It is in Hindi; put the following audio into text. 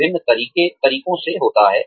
विभिन्न तरीकों से होता है